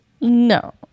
No